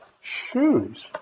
shoes